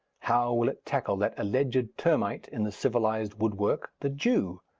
how will it tackle that alleged termite in the civilized woodwork, the jew?